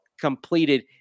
completed